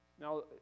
Now